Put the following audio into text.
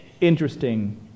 interesting